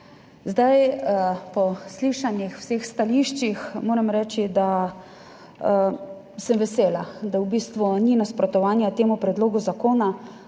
Po vseh slišanih stališčih moram reči, da sem vesela, da v bistvu ni nasprotovanja temu predlogu zakona,